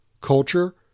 culture